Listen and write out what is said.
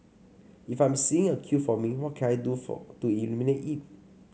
if I'm seeing a queue forming what can I do for to eliminate it